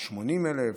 80,000,